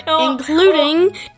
including